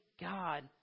God